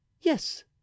yes